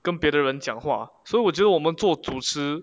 跟别的人讲话所以我觉得我们做主持